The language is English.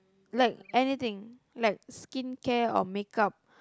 like anything like skin care or make up